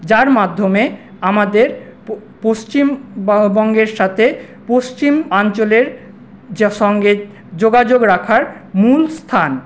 যার মাধ্যমে আমাদের পশ্চিম বঙ্গের সাথে পশ্চিমাঞ্চলের সঙ্গে যোগাযোগ রাখার মূলস্থান